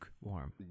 warm